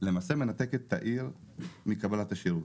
למעשה מנתקת את העיר מקבלת שירות.